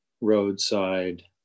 roadside